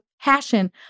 passion